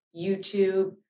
YouTube